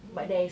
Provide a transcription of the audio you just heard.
mm